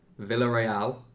Villarreal